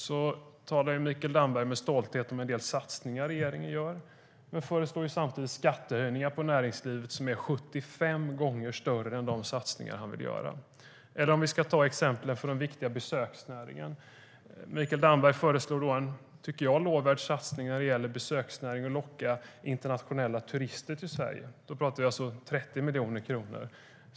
Mikael Damberg talar med stolthet om en del satsningar som regeringen gör men föreslår samtidigt skattehöjningar för näringslivet som är 75 gånger större än de satsningar han vill göra. Vi kan till exempel ta upp den viktiga besöksnäringen. Mikael Damberg föreslår en, tycker jag, lovvärd satsning när det gäller besöksnäringen. Det handlar om att locka internationella turister till Sverige. Då pratar vi om 30 miljoner kronor.